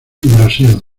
brasil